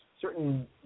certain